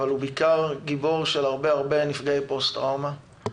אבל בעיקר גיבור של הרבה מאוד נפגעי פוסט טראומה.